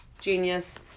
genius